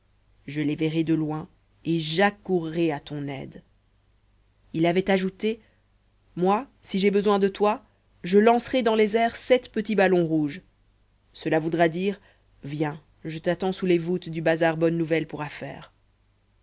je les verrai de loin et j'accourrai à ton aide il avait ajouté moi si j'ai besoin de toi je lancerai dans les airs sept petits ballons rouges cela voudra dire viens je t'attends sous les voûtes du bazar bonne-nouvelle pour affaires